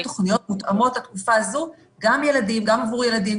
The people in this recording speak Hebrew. תוכניות מותאמות לתקופה הזאת עבור ילדים,